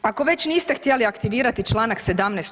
Ako već niste htjeli aktivirati članak 17.